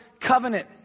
Covenant